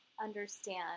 understand